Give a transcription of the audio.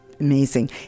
Amazing